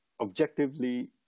objectively